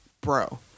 bro